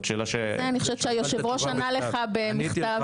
זה אני חושבת שהיו"ר ענה לך במכתב.